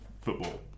football